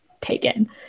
taken